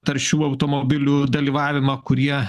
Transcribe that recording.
taršių automobilių dalyvavimą kurie